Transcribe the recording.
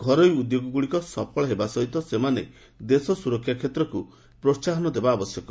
ଘରୋଇ ଉଦ୍ୟୋଗଗୁଡ଼ିକ ସଫଳ ହେବା ସହିତ ସେମାନେ ଦେଶ ସୁରକ୍ଷା କ୍ଷେତ୍ରକୁ ପ୍ରୋହାହନ ଦେବା ଆବଶ୍ୟକ